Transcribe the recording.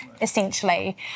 essentially